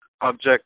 object